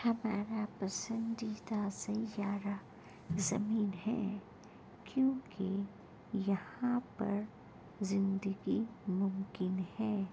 ہمارا پسندیدہ سیارہ زمین ہے کیونکہ یہاں پر زندگی ممکن ہے